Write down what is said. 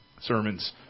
sermons